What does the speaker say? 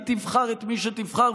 תבחר את מי שתבחר.